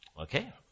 Okay